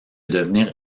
devenir